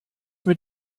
mit